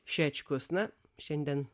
šečkus na šiandien